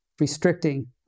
restricting